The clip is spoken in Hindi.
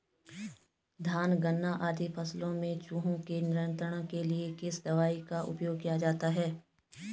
धान गन्ना आदि फसलों में चूहों के नियंत्रण के लिए किस दवाई का उपयोग किया जाता है?